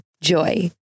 JOY